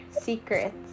secrets